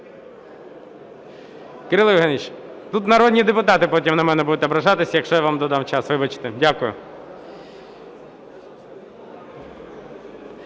Кирило Євгенович, тут народні депутати потім на мене будуть ображатися, якщо я вам додам час, вибачте. Дякую.